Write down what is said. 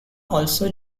also